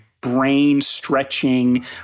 brain-stretching